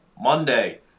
Monday